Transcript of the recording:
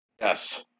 Yes